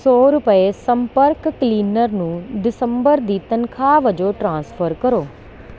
ਸੌ ਰੁਪਏ ਸੰਪਰਕ ਕਲੀਨਰ ਨੂੰ ਦਸੰਬਰ ਦੀ ਤਨਖਾਹ ਵਜੋਂ ਟ੍ਰਾਂਸਫਰ ਕਰੋ